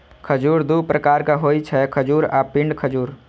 खजूर दू प्रकारक होइ छै, खजूर आ पिंड खजूर